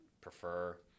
prefer